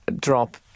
drop